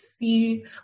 see